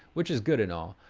which is good at all.